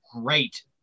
great